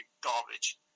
garbage